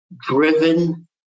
driven